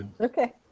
Okay